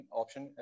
option